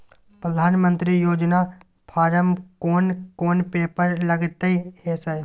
प्रधानमंत्री योजना फारम कोन कोन पेपर लगतै है सर?